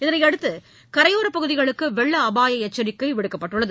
இதனையடுத்து கரையோரப்பகுதிகளுக்கு வெள்ள அபாய எச்சரிக்கை விடுக்கப்பட்டுள்ளது